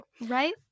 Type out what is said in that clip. right